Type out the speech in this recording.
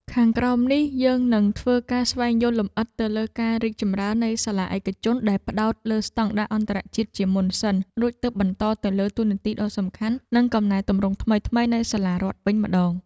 ខាងក្រោមនេះ យើងនឹងធ្វើការស្វែងយល់លម្អិតទៅលើការរីកចម្រើននៃសាលាឯកជនដែលផ្ដោតលើស្ដង់ដារអន្តរជាតិជាមុនសិន រួចទើបបន្តទៅលើតួនាទីដ៏សំខាន់និងកំណែទម្រង់ថ្មីៗនៃសាលារដ្ឋវិញម្ដង។